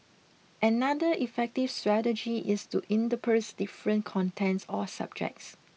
another effective strategy is to intersperse different contents or subjects